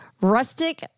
rustic